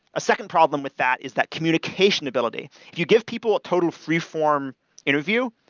a second problem with that is that communication ability. you give people a total free form interview,